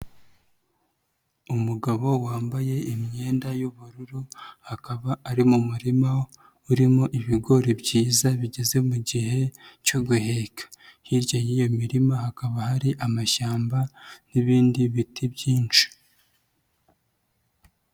Umugabo wambaye imyenda y'ubururu, akaba ari mu murima urimo ibigori byiza bigeze gihe cyo guheka, hirya y'iyo mirima hakaba hari amashyamba n'ibindi biti byinshi.